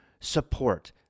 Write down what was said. support